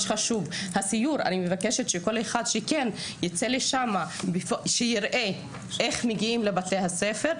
אני מבקשת שכל אחד ייצא לשם ויראה איך הילדים מגיעים לבית הספר.